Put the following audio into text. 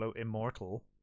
Immortal